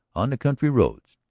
on the country roads.